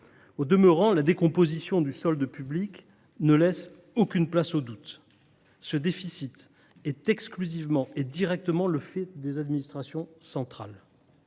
Au demeurant, la décomposition du solde public ne laisse aucune place au doute : ce déficit est exclusivement et directement le fait des administrations centrales.